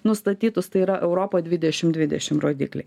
nustatytus tai yra europa dvidešim dvidešim rodiklį